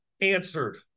answered